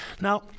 Now